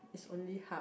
is only half